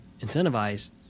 incentivize